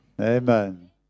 Amen